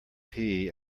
gdp